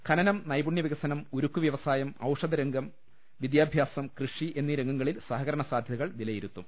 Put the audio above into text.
ഖനനം നൈപുണ്യവികസനം ഉരുക്കുവ്യവസായം ഔഷധരംഗം വിദ്യാഭ്യാസം കൃഷി എന്നീ രംഗങ്ങളിൽ സഹകരണ സാധ്യതകൾ വിലയിരുത്തും